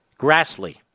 Grassley